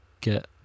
get